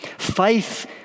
Faith